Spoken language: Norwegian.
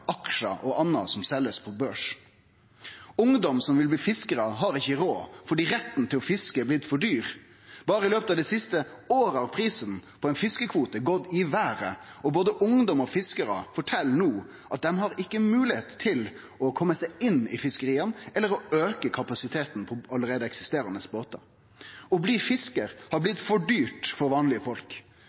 aksjar og anna, som blir selt på børs. Ungdom som vil bli fiskarar, har ikkje råd fordi retten til å fiske har blitt for dyr. Berre i løpet av det siste året har prisen på ein fiskekvote gått i vêret, og både ungdom og fiskarar fortel no at dei ikkje har moglegheit til å kome seg inn i fiskeria eller til å auke kapasiteten på allereie eksisterande båtar. Å bli fiskar har blitt for dyrt for vanlege folk.